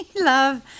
love